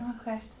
Okay